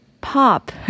pop